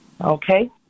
Okay